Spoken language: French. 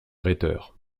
rhéteurs